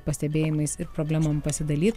pastebėjimais ir problemom pasidalyt